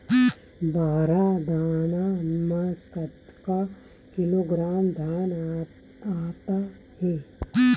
बार दाना में कतेक किलोग्राम धान आता हे?